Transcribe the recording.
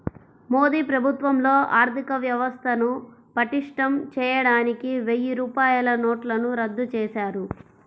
మోదీ ప్రభుత్వంలో ఆర్ధికవ్యవస్థను పటిష్టం చేయడానికి వెయ్యి రూపాయల నోట్లను రద్దు చేశారు